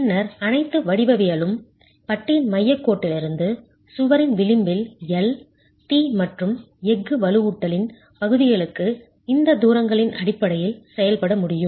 பின்னர் அனைத்து வடிவவியலும் பட்டியின் மையக் கோட்டிலிருந்து சுவரின் விளிம்பில் L t மற்றும் எஃகு வலுவூட்டலின் பகுதிகளுக்கு இந்த தூரங்களின் அடிப்படையில் செயல்பட முடியும்